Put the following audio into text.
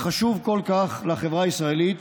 החשוב כל כך לחברה הישראלית,